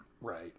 Right